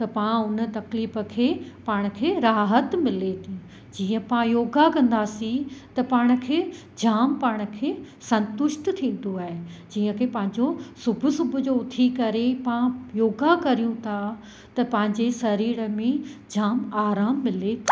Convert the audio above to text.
त पाण उन तकलीफ़ खे पाण खे राहत मिले थी जीअं पाण योगा कंदासीं त पाण खे जाम पाण खे संतुष्ट थींदो आहे जीअं की पंहिंजो सुबुह सुबुह जो उथी करे पा योगा कयूं था त पंहिंजे शरीर में जाम आराम मिले